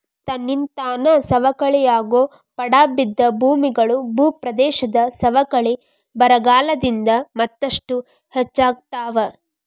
ತನ್ನಿಂತಾನ ಸವಕಳಿಯಾಗೋ ಪಡಾ ಬಿದ್ದ ಭೂಮಿಗಳು, ಭೂಪ್ರದೇಶದ ಸವಕಳಿ ಬರಗಾಲದಿಂದ ಮತ್ತಷ್ಟು ಹೆಚ್ಚಾಗ್ತಾವ